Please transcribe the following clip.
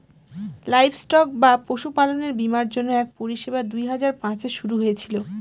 livestock বা পশুপালনের বীমার জন্য এক পরিষেবা দুই হাজার পাঁচে শুরু হয়েছিল